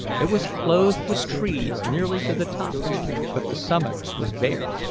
it was clothed with trees nearly to the top but the summit was bare,